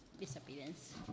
disappearance